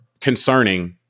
concerning